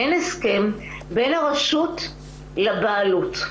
בין הרשות לבעלות.